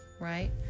right